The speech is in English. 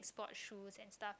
sport shoes and stuff